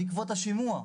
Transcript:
בעקבות השימוע.